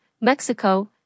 Mexico